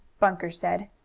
bunker said.